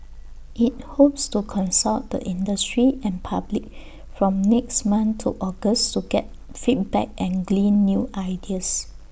IT hopes to consult the industry and public from next month to August to get feedback and glean new ideas